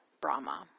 Brahma